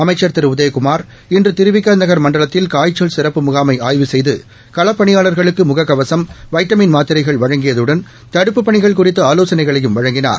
அமைச்ச் திரு உதயகுமா் இன்று திரு வி க நகள் மண்டலத்தில் காய்ச்சல் சிறப்பு முகாமை ஆய்வு செய்து களப்பணியாளா்களுக்கு முக கவசம் வைட்டமின் மாத்திரைகள் வழங்கியதுடன் தடுப்புப் பணிகள் குறித்து ஆலோசனைகளையும் வழங்கினார்